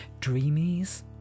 Dreamies